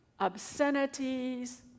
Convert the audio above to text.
obscenities